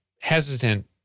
hesitant